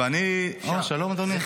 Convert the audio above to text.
הו, שלום, אדוני.